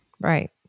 Right